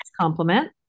compliment